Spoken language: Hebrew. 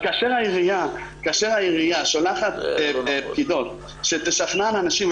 כאשר העירייה שולחת פקידים לשכנע אנשים,